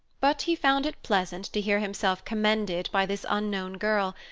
but he found it pleasant to hear himself commended by this unknown girl,